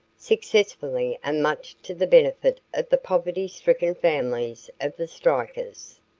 successfully and much to the benefit of the poverty stricken families of the strikers.